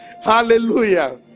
Hallelujah